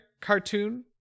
cartoon